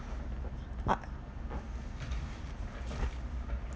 uh